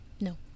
no